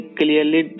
clearly